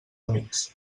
amics